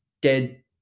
dead